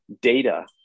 data